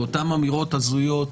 ואותן אמירות הזויות,